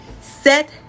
Set